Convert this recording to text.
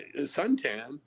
suntan